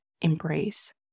embrace